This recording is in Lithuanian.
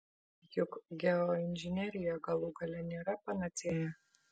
juk geoinžinerija galų gale nėra panacėja